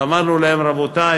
ואמרנו להם: רבותי,